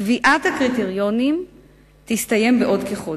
קביעת הקריטריונים תסתיים בעוד כחודש.